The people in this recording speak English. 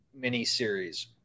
miniseries